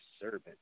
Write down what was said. servant